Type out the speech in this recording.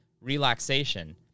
relaxation